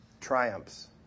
triumphs